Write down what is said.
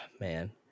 man